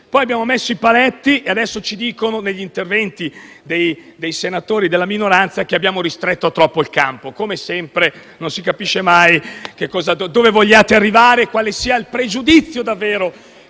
Poi abbiamo previsto alcuni paletti e adesso ci dicono, negli interventi dei senatori della minoranza, che abbiamo ristretto troppo il campo. Come sempre non si capisce mai dove vogliate arrivare e quale sia il pregiudizio che